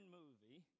movie